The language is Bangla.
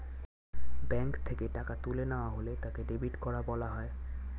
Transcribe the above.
ব্যাঙ্ক থেকে টাকা তুলে নেওয়া হলে তাকে ডেবিট করা বলা হয়